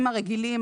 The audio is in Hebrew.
שהעובדים הרגילים,